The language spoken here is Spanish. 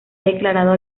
declarado